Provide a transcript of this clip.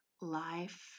life